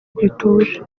gituje